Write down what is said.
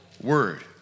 word